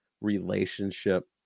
relationship